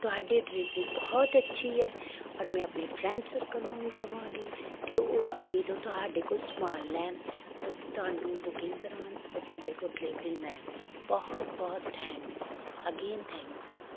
ਤੁਹਾਡੀ ਡਿਲਵਰੀ ਬਹੁਤ ਅੱਛੀ ਹੈ ਔਰ ਮੈਂ ਆਪਣੇ ਫਰੈਂਡ ਸਰਕਲ ਨੂੰ ਵੀ ਕਹਾਂਗੀ ਕਿ ਉਹ ਅੱਗੇ ਤੋਂ ਤੁਹਾਡੇ ਕੋਲ ਸਮਾਨ ਲੈਣ ਅਤੇ ਤੁਹਾਨੂੰ ਬੁਕਿੰਗ ਕਰਵਾਉਣ ਉਹ ਤੁਹਾਡੇ ਕੋਲ ਡਿਲੀਵਰੀ ਲੈਣ ਬਹੁਤ ਬਹੁਤ ਥੈਂਕਸ ਅਗੇਨ ਥੈਂਕਸ